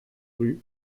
rues